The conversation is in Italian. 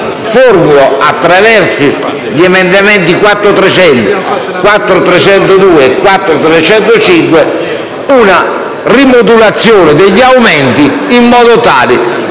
Inoltre, attraverso gli emendamenti 4.300, 4.302 e 4.305, formulo una rimodulazione degli aumenti in modo tale